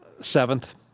Seventh